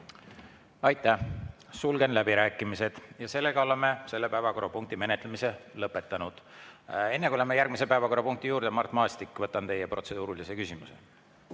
Aitäh! Sulgen läbirääkimised. Sellega oleme selle päevakorrapunkti menetlemise lõpetanud. Enne kui läheme järgmise päevakorrapunkti juurde, Mart Maastik, võtan teie protseduurilise küsimuse.